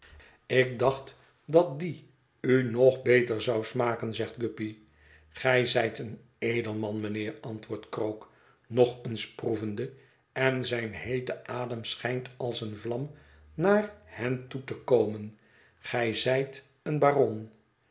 ik dacht dat die u nog beter zou smaken zegt guppy gij zijt een edelman mijnheer antwoordt krook nog eens proevende en zijn heete adem schijnt als eene vlam naar hen toe te komen gij zijt een baron